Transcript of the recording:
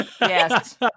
yes